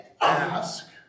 ask